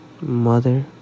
Mother